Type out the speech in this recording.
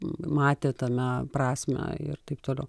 matė tame prasmę ir taip toliau